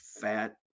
fat